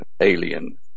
alien